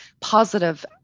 positive